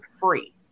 free